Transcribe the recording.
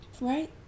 Right